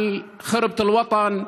על ח'רבת אל-וטן,